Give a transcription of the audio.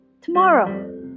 tomorrow